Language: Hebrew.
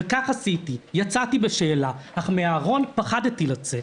וכך עשיתי, יצאתי בשאלה, אך מן הארון פחדתי לצאת.